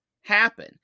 happen